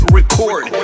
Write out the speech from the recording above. record